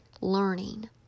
learning